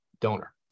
donor